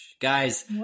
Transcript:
Guys